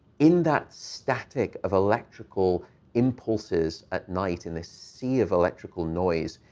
in that static of electrical impulses at night, in a sea of electrical noise,